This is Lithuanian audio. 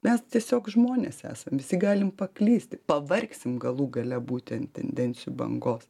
mes tiesiog žmonės esam visi galim paklysti pavargsim galų gale būti ant tendencijų bangos